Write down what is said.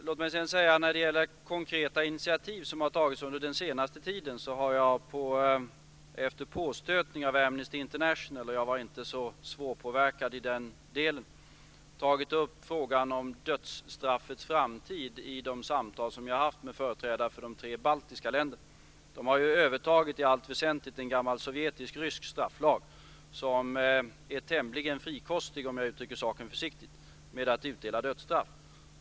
Låt mig sedan, när det gäller konkreta initiativ som har tagits under den senaste tiden, säga att jag efter påstötningar från Amnesty International -- jag var inte så svårpåverkad i den delen -- tagit upp frågan om dödsstraffets framtid i de samtal som jag har haft med företrädare för de tre baltiska länderna. De har ju i allt väsentligt övertagit en gammal sovjetisk-rysk strafflag som är tämligen frikostig, om jag uttrycker saken försiktigt, med att utdela dödsstraff.